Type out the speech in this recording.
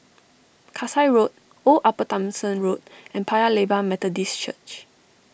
Kasai Road Old Upper Thomson Road and Paya Lebar Methodist Church